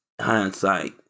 hindsight